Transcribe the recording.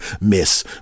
miss